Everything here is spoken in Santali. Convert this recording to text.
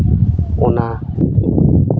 ᱚᱱᱟ